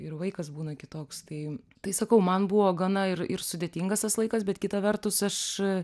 ir vaikas būna kitoks tai tai sakau man buvo gana ir ir sudėtingas tas laikas bet kita vertus aš